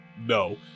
no